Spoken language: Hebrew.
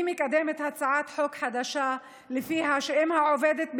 אני מקדמת הצעת חוק חדשה שלפיה אם העובדת בחל"ת,